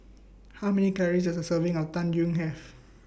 How Many Calories Does A Serving of Tang Yuen Have